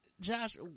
Josh